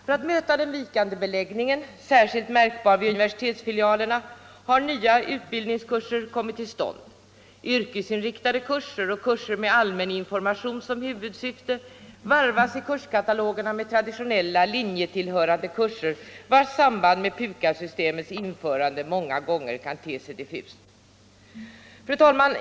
För att möta den vikande beläggningen, särskilt märkbar vid universitetsfilialerna, har nya utbildningskurser kommit till stånd; yrkesinriktade kurser och kurser med allmäninformation som huvudsyfte varvas i kurskatalogerna med traditionella, linjetillhörande kurser, vilkas samband med PUKAS-systemets införande många gånger kan te sig diffust. Fru talman!